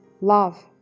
love